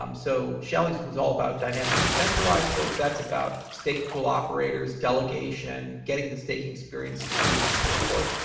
um so, shelley was all about dynamic decentralized, so that's about stake pool operators, delegation, getting the staking experience improved, and so forth,